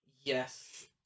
Yes